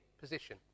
position